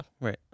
Right